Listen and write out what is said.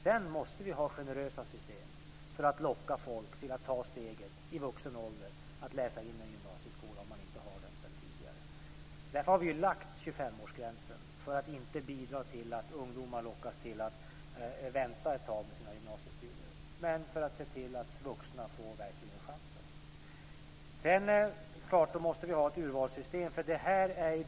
Sedan måste vi ha generösa system för att locka folk till att i vuxen ålder ta steget att läsa in gymnasieskolan om de inte har den sedan tidigare. Därför har vi föreslagit 25-årsgränsen för att inte bidra till att ungdomar lockas till att vänta med sina gymnasiestudier men för att se till att vuxna verkligen kan få chansen. Då måste det finnas ett urvalssystem.